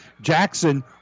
Jackson